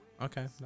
Okay